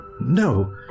no